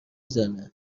زنه